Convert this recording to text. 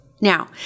Now